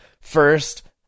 First